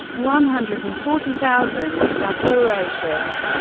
one hundred and forty thousand, that ferocious?